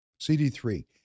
CD3